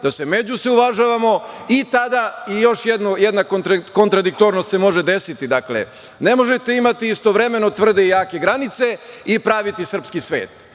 da se međusobno uvažavamo i tada i još jedna kontradiktornost se može desiti, dakle, ne možete imati istovremeno tvrde i jake granice i praviti srpski svet,